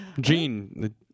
Gene